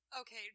okay